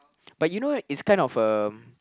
but you know it's kind of um